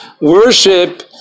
worship